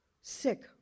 sick